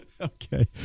Okay